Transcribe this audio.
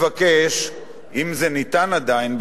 אם זה ניתן עדיין,